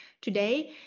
today